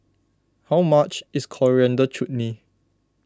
how much is Coriander Chutney